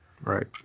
Right